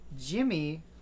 Jimmy